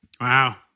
Wow